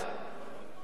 בתוך המדינה.